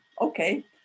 okay